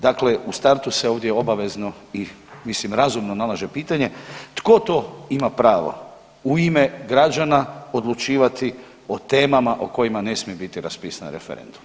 Dakle, u startu se ovdje obavezno i mislim razumno nalaže pitanje tko to ima pravo u ime građana odlučivati o temama o kojima ne smije biti raspisan referendum?